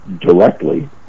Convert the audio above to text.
directly